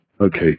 okay